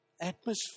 atmosphere